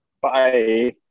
Bye